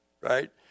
right